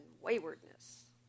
waywardness